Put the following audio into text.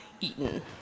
eaten